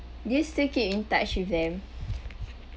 do you still keep in touch with them